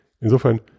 Insofern